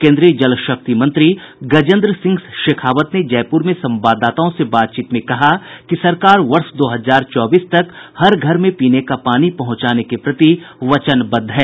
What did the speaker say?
केन्द्रीय जलशक्ति मंत्री गजेन्द्र सिंह शेखावत ने जयपुर में संवाददाताओं से बातचीत में कहा कि सरकार वर्ष दो हजार चौबीस तक हर घर में पीने का पानी पहुंचाने के प्रति वचनबद्ध है